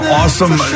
awesome